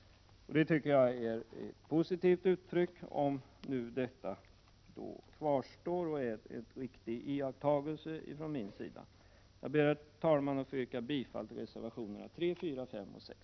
Det tycker jag är positivt, om det nu är rätt uppfattat från min sida. Jag ber, herr talman, att få yrka bifall till reservationerna 3, 4, 5 och 6.